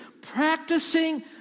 practicing